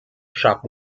shop